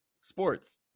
sports